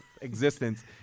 existence